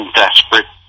desperate